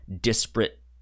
disparate